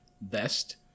Best